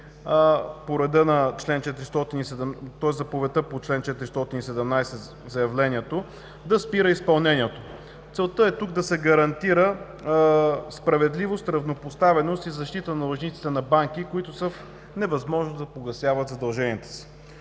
– заявлението по заповедта по чл. 417, да спира изпълнението. Целта е тук да се гарантира справедливост, равнопоставеност и защита на длъжниците на банки, които са в невъзможност да погасяват задълженията си.